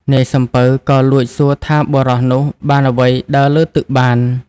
នាយសំពៅក៏លួចសួរថាបុរសនោះបានអ្វីដើរលើទឹកបាន។